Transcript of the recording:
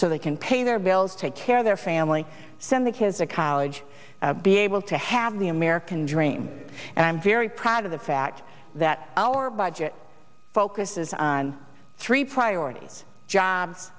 so they can pay their bills take care of their family send the kids a college be able to have the american dream and i'm very proud of the fact that our budget focuses on three priorities jobs